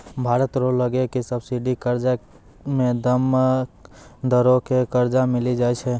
भारत रो लगो के भी सब्सिडी कर्जा मे कम दरो मे कर्जा मिली जाय छै